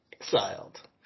Exiled